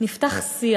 נפתח שיח